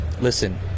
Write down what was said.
listen